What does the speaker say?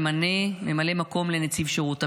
ממנה ממלא מקום לנציב שירות המדינה.